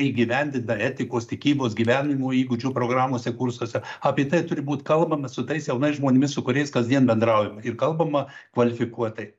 įgyvendinta etikos tikybos gyvenimo įgūdžių programose kursuose apie tai turi būt kalbama su tais jaunais žmonėmis su kuriais kasdien bendraujama ir kalbama kvalifikuotai